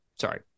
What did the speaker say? Sorry